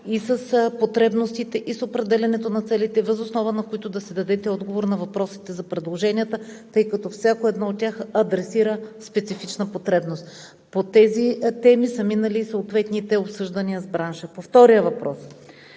с потребностите и с определянето на целите, въз основа на които да си дадете отговор на въпросите за предложенията, тъй като всяко едно от тях адресира специфична потребност. По тези теми са минали съответните обсъждания с бранша. По втория въпрос.